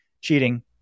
cheating